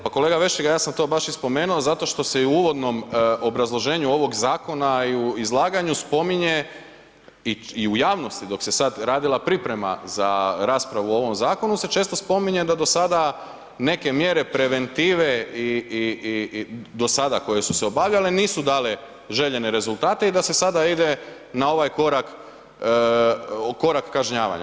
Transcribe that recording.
Pa kolega Vešligaj, ja sam to baš i spomenuo zato što se i u uvodnom obrazloženju ovog zakona i u izlaganju spominje i u javnosti dok se sad radila priprema za raspravu o ovom zakonu se često spominje da do sada neke mjere preventive i do sada koje su se obavljale nisu dale željene rezultate i da se sada ide na ovaj korak, korak kažnjavanja.